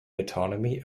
autonomy